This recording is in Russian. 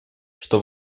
что